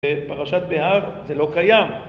פרשת בהר זה לא קיים